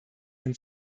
den